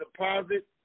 deposit